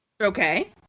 Okay